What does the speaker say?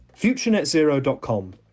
futurenetzero.com